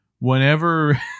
Whenever